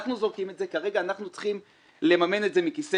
אנחנו זורקים את זה וכרגע צריכים גם לממן זאת מכיסנו.